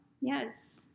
yes